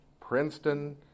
Princeton